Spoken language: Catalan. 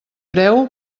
preu